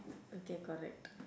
okay correct